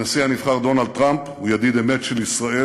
הנשיא הנבחר דונלד טראמפ הוא ידיד אמת של ישראל.